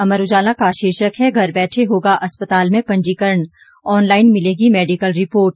अमर उजाला का शीर्षक है घर बैठे होगा अस्पताल में पंजीकरण ऑनलाईन मिलेगी मेडिकल रिपोर्ट